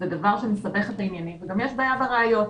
זה דבר שמסבך את העניינים וגם יש בעיה בראיות.